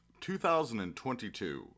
2022